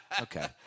okay